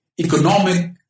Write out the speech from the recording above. economic